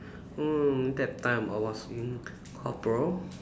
mm that time I was in corporal